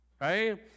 right